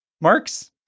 Mark's